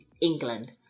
England